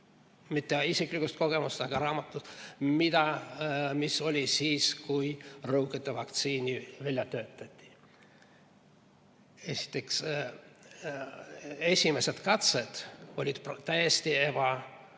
mitte isiklikust kogemusest, vaid raamatust –, mis oli siis, kui rõugete vastu vaktsiini välja töötati. Esiteks, esimesed katsed olid täiesti